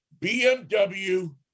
BMW